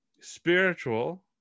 spiritual